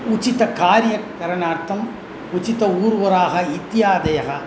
उचितकार्यकरणार्थम् उचिता उर्वरा इत्यादयः